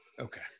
Okay